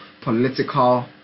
political